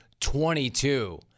22